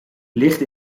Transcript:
licht